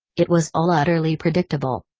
it was all utterly predictable.